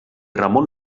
ramon